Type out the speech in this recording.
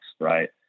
Right